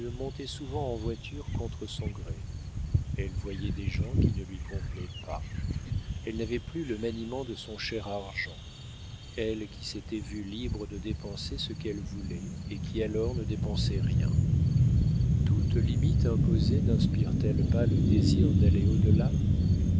souvent en voiture contre son gré elle voyait des gens qui ne lui convenaient pas elle n'avait plus le maniement de son cher argent elle qui s'était vue libre de dépenser ce qu'elle voulait et qui alors ne dépensait rien toute limite imposée ninspire t elle pas le désir d'aller